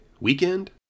weekend